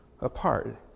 apart